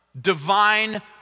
Divine